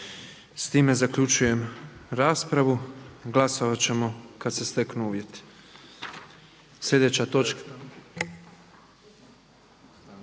Time zaključujem raspravu, a glasovat ćemo kada se steknu uvjeti. Sada ćemo